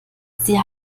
sie